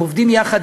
הם עובדים יחד.